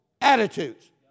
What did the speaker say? attitudes